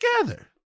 together